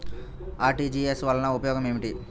RTGS వలన ఉపయోగం ఏమిటీ?